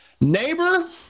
neighbor